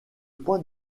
point